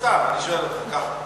סתם אני שואל אותך, ככה.